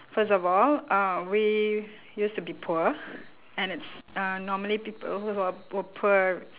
first of all uh we used to be poor and it's uh normally people who are were poor